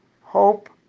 Hope